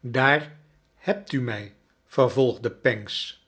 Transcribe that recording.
daar hebt u mij vervolgde pancks